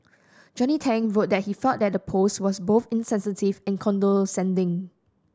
Johnny Tang wrote that he felt the post was both insensitive and condescending